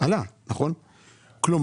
משהו